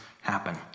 happen